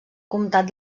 comtat